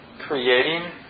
creating